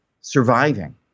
surviving